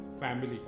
family